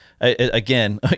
Again